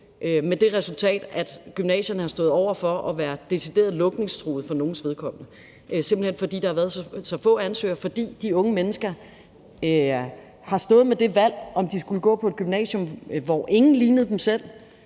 og det resulterede i, at nogle gymnasier har stået over for at være decideret lukningstruede, simpelt hen fordi der har været så få ansøgere, fordi de unge mennesker har stået med valget om, om de skulle gå på et gymnasium, hvor ingen lignede dem selv,